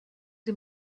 dem